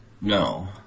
No